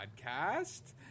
podcast